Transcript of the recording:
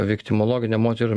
viktimologinė moterų